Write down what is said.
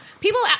People